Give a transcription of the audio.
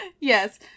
yes